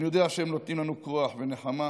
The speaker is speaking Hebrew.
אני יודע שהם נותנים לנו כוח ונחמה,